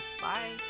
Bye